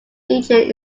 region